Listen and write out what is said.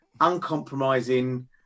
uncompromising